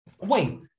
Wait